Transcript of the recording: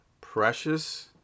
precious